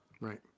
right